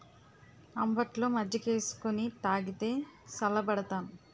అంబట్లో మజ్జికేసుకొని తాగితే సల్లబడతాం